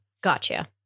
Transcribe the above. Gotcha